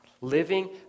Living